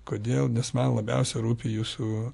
kodėl nes man labiausia rūpi jūsų